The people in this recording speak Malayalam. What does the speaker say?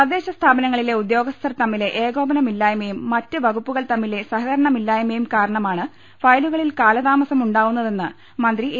തദ്ദേശ സ്ഥാപനങ്ങളിലെ ഉദ്യോഗസ്ഥർ തമ്മിലെ ഏകോപന മില്ലായ്മയും മറ്റ് വകുപ്പുകൾ തമ്മിലെ സഹകരണമില്ലായ്മയും കാരണമാണ് ഫയലുകളിൽ കാലതാമസം ഉണ്ടാവുന്നതെന്ന് മന്ത്രി എ